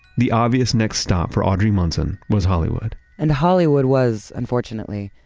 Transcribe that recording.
the obvious next stop for audrey munson was hollywood and hollywood was unfortunately,